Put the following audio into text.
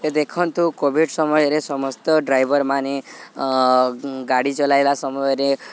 ଦେଖନ୍ତୁ କୋଭିଡ୍ ସମୟରେ ସମସ୍ତ ଡ୍ରାଇଭର୍ମାନେ ଗାଡ଼ି ଚଲାଇଲା ସମୟରେ